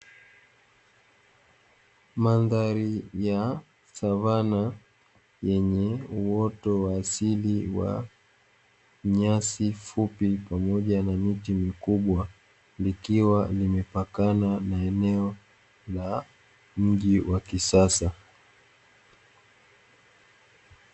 Mandhari ya savanna, yenye uoto wa asili wa nyasi fupi pamoja na miti mikubwa, likiwa limepakana na eneo la mji wa kisasa.